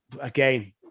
Again